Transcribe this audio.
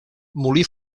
molí